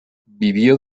vivió